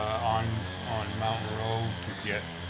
on on mountain road to get